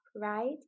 right